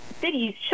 cities